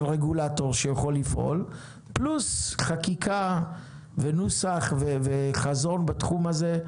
רגולטור שיכול לפעול פלוס חקיקה ונוסח וחזון בתחום הזה,